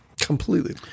completely